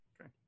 Okay